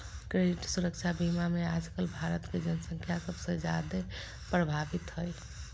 credit सुरक्षा बीमा मे आजकल भारत के जन्संख्या सबसे जादे प्रभावित हय